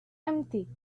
empty